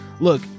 Look